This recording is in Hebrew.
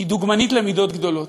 היא דוגמנית למידות גדולות.